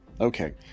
Okay